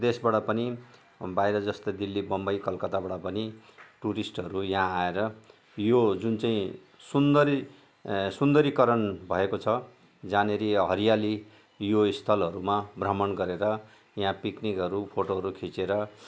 देशबाट पनि बाहिर जस्तो दिल्ली बम्बई कलकत्ताबाट पनि टुरिस्टहरू यहाँ आएर यो जुन चाहिँ सुन्दरी सुन्दरीकरण भएको छ जहाँनिर हरियाली यो स्थलहरूमा भ्रमण गरेर यहाँ पिक्निकहरू फोटोहरू खिचेर